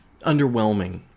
underwhelming